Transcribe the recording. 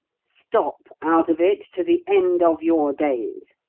stop out of it to the end of your days.